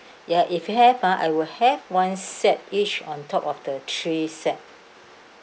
ya if you have ah I will have one set each on top of the three set